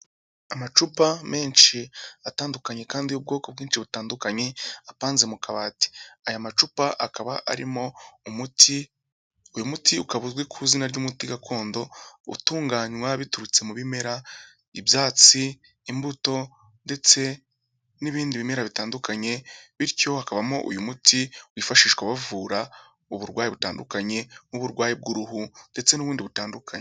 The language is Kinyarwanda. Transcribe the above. Amacupa menshi atandukanye kandi y'ubwoko bwinshi butandukanye apanze mu kabati. Aya macupa akaba arimo umuti, uyu muti ukaba uzwi ku izina ry'umuti gakondo utunganywa biturutse mu bimera ibyatsi, imbuto ndetse n'ibindi bimera bitandukanye, bityo hakabamo uyu muti wifashishwa bavura uburwayi butandukanye nk'uburwayi bw'uruhu ndetse n'ubundi butandukanye.